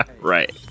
Right